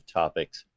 topics